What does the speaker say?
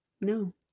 No